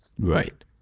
Right